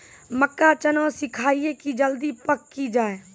मक्का चना सिखाइए कि जल्दी पक की जय?